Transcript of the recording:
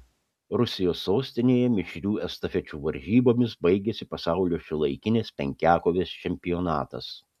rusijos sostinėje mišrių estafečių varžybomis baigėsi pasaulio šiuolaikinės penkiakovės čempionatas